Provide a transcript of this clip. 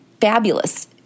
fabulous